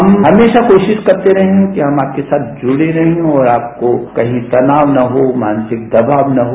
हम हमेशा कोशिश करते रहे हैं कि हम आपके साथ जुड़े रहे और आपको कहीं तनाव न हो मानसिक दबाव न हो